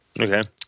Okay